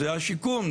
זה השיקום,